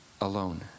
alone